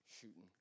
shooting